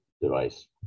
device